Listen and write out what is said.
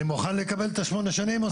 אני מוכן לקבל את השמונה שנים הללו.